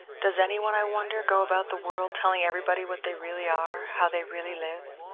does any one, i wonder, go about the world telling everybody what they really are, how they really live?